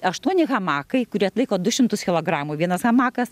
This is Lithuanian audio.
aštuoni hamakai kurie atlaiko du šimtus kilogramų vienas hamakas